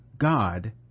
God